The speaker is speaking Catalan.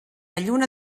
lluna